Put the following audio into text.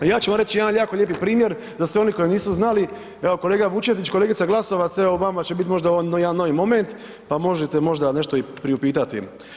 A ja ću vam reć jedan jako lijepi primjer za sve one koji nisu znali, evo kolega Vučetić, kolegica Glasovac evo vama će bit možda ovo jedan novi moment, pa možete možda nešto i priupitati.